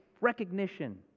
Recognition